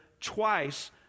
twice